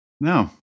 No